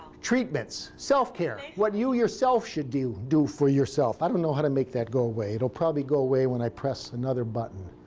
treatments self care what you, yourself, should do do for yourself. i don't know how to make that go away. it'll probably go away when i press another button,